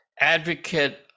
advocate